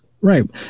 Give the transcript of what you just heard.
Right